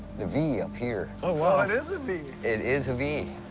the v up here. oh, it is a v. it is a v.